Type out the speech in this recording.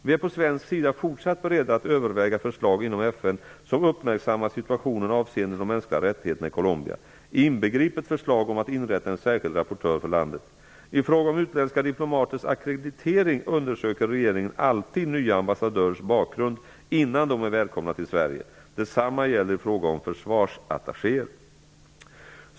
Vi är på svensk sida fortsatt beredda att överväga förslag inom FN som uppmärksammar situationen avseende de mänskliga rättigheterna i Colombia, inbegripet förslag om att inrätta en särskild rapportör för landet. I fråga om utländska diplomaters ackreditering undersöker regeringen alltid nya ambassadörers bakgrund innan de är välkomna till Sverige. Detsamma gäller i fråga om försvarsattachéer.